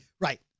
Right